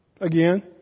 Again